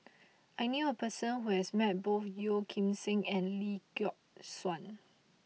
I knew a person who has met both Yeoh Ghim Seng and Lee Yock Suan